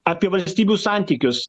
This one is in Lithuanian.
apie valstybių santykius